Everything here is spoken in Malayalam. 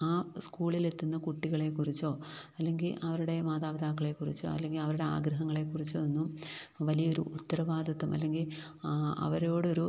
ആ സ്കൂളിലെ തന്നെ കുട്ടികളെക്കുറിച്ചോ അല്ലെങ്കില് അവരുടെ മാതാപിതാക്കളെക്കുറിച്ചോ അല്ലെങ്കില് അവരുടെ ആഗ്രഹങ്ങളെക്കുറിച്ചോ ഒന്നും വലിയൊരു ഉത്തരവാദിത്തം അല്ലെങ്കില് ആ അവരോടൊരു